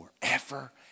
forever